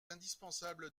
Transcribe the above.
indispensable